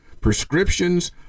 prescriptions